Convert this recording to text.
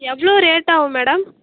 எவ்வளோ ரேட்டாகும் மேடம்